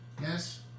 Yes